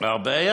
הרבה?